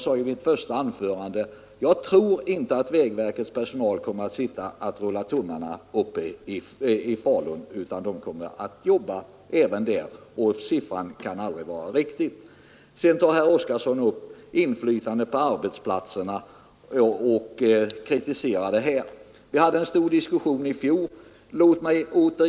I mitt första anförande sade jag, att jag inte tror att vägverkets personal uppe i Falun kommer att sitta och rulla tummarna utan den kommer att arbeta även där, varför siffran inte kan vara riktig. Sedan tar herr Oskarson i sin kritik upp inflytandet på arbetsplatserna. Vi hade en stor diskussion om detta i fjol.